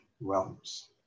realms